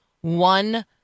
one